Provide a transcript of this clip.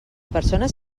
persones